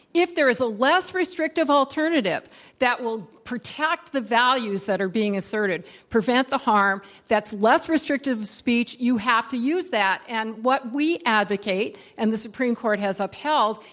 if there is a less restrictive alternative that will protect the values that are being asserted, prevent the harm, that's less restrictive of speech, you have to use that. and what we advocate, and the supreme court has upheld,